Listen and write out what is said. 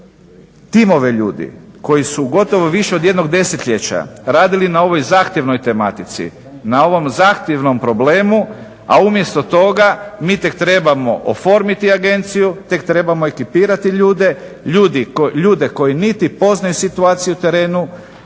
timove ljudi koji su gotovo više od jednog desetljeća radili na ovoj zahtjevnoj tematici, na ovom zahtjevnom problemu, a umjesto toga mi tek trebamo oformiti agenciju, tek trebamo ekipirati ljude, ljude koji niti poznaju situaciju na terenu